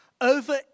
over